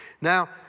Now